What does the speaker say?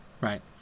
right